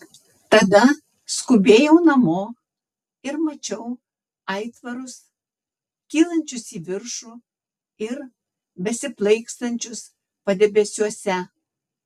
tada skubėjau namo ir mačiau aitvarus kylančius į viršų ir besiplaikstančius padebesiuose